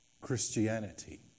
Christianity